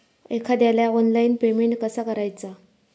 एखाद्याला online payment कसा करायचा?